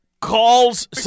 calls